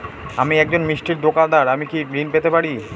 আমি একজন মিষ্টির দোকাদার আমি কি ঋণ পেতে পারি?